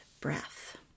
breath